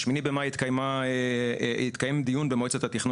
ב-8 במאי התקיים דיון במועצת התכנון